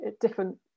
different